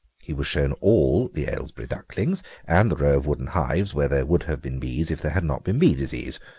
he was shown all the aylesbury ducklings and the row of wooden hives where there would have been bees if there had not been bee disease.